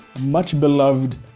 much-beloved